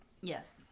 yes